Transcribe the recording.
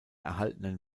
erhaltenen